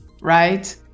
right